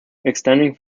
extending